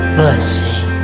blessing